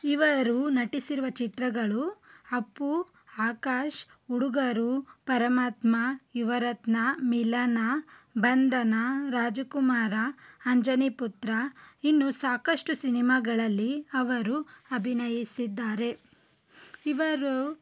ಇವರು ನಟಿಸಿರುವ ಚಿತ್ರಗಳು ಅಪ್ಪು ಆಕಾಶ್ ಹುಡುಗರು ಪರಮಾತ್ಮ ಯುವರತ್ನ ಮಿಲನ ಬಂಧನ ರಾಜಕುಮಾರ ಅಂಜನೀಪುತ್ರ ಇನ್ನು ಸಾಕಷ್ಟು ಸಿನಿಮಾಗಳಲ್ಲಿ ಅವರು ಅಭಿನಯಿಸಿದ್ದಾರೆ ಇವರು